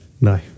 No